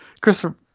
Christopher